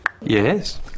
Yes